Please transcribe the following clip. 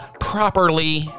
Properly